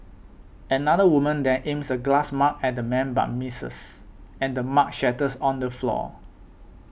another woman then aims a glass mug at the man but misses and the mug shatters on the floor